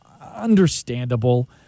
understandable